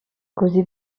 causé